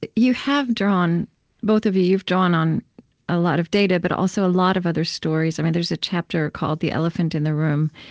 but you have drawn both of you you've drawn on a lot of data but also a lot of other stories. i mean, there's a chapter called the elephant in the room.